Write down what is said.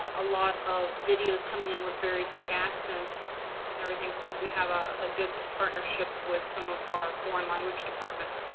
ah a lot of videos coming in with very thick accents and everything, so we have ah a good partnership with some of our foreign language departments.